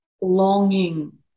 longing